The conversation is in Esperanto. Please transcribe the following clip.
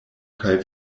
kaj